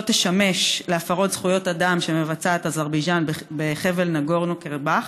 לא תשמש להפרת זכויות אדם שאזרבייג'ן מבצעת בחבל נגורנו קרבאך?